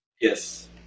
yes